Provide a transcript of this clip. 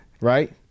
Right